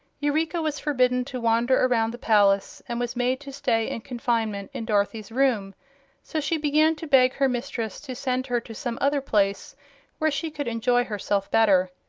eureka was forbidden to wander around the palace and was made to stay in confinement in dorothy's room so she began to beg her mistress to send her to some other place where she could enjoy herself better.